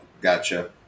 gotcha